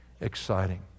exciting